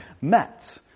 met